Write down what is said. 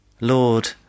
Lord